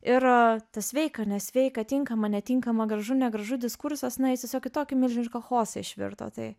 ir tas sveika ar nesveika tinkama netinkama gražu negražu diskursas na jis tiesiog į tokį milžinišką chosą išvirto tai